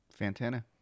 Fantana